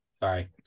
Sorry